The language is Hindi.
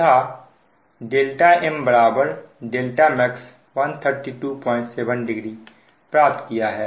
तथा δm δmax 13270 प्राप्त किया है